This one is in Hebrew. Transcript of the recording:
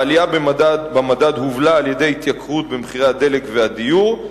העלייה במדד הובלה על-ידי התייקרות במחירי הדלק והדיור,